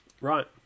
Right